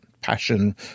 passion